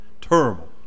Terrible